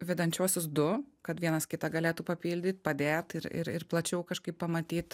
vedančiuosius du kad vienas kitą galėtų papildyt padėt ir ir plačiau kažkaip pamatyt